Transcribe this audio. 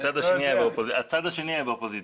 הצד השני היה באופוזיציה.